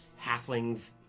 Halflings